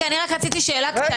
רגע, אבל אני רק רציתי שאלה קטנה.